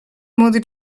młody